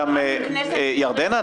ירדנה,